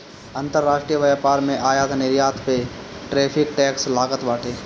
अंतरराष्ट्रीय व्यापार में आयात निर्यात पअ टैरिफ टैक्स लागत बाटे